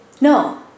no